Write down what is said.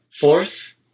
Fourth